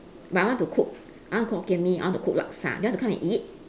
but I want to cook I want to cook hokkien-mee I want to cook laksa do you want to come and eat